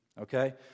okay